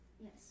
Yes